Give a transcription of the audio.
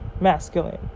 masculine